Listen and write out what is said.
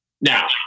Now